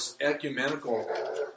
ecumenical